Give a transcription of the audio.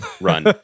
run